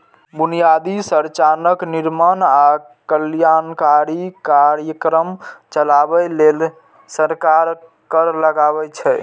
बुनियादी संरचनाक निर्माण आ कल्याणकारी कार्यक्रम चलाबै लेल सरकार कर लगाबै छै